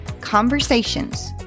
Conversations